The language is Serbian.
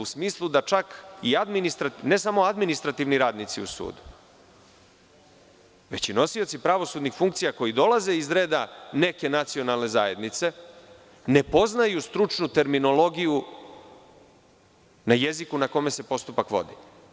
U smislu da čak ne samo administrativni radnici u sudu, već i nosioci pravosudnih funkcija koji dolaze iz reda neke nacionalne zajednice ne poznaju stručnu terminologiju na jeziku na kome se postupak vodi.